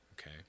okay